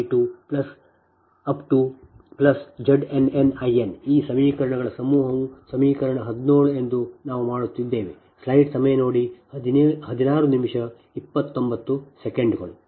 VnZn1I1Zn2I2ZnnIn ಈ ಸಮೀಕರಣಗಳ ಸಮೂಹವು ಸಮೀಕರಣ 17ಎಂದು ನಾವು ಮಾಡುತ್ತಿದ್ದೇವೆ